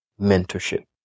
mentorship